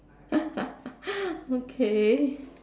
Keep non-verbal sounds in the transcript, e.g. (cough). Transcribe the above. (laughs) okay